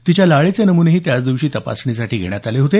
तिच्या लाळेचे नमुनेही त्याच दिवशी तपासणीसाठी घेण्यात आले होते